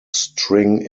string